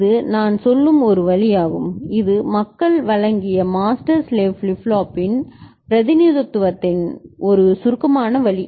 இது நான் சொல்லும் ஒரு வழியாகும் இதுமக்கள் வழங்கியமாஸ்டர் ஸ்லேவ் ஃபிளிப் ஃப்ளாப்பின் பிரதிநிதித்துவத்தின் ஒரு சுருக்கமான வழி